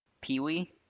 Pee-wee